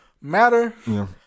matter